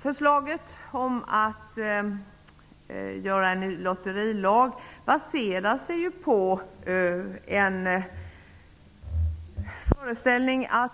Förslaget om en ny lotterilag baseras på föreställningen att